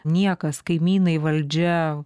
niekas kaimynai valdžia